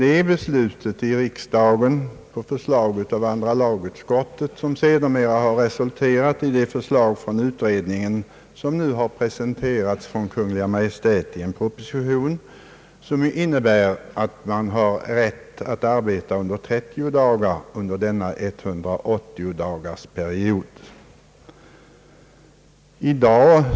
Det beslutet av riksdagen på förslag av andra lagutskottet har resulterat i det förslag från utredningen som nu har presenterats av Kungl. Maj:t i en proposition med förslag att kvinnan skall få arbeta 30 dagar under 180-dagarsperioden.